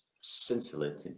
scintillating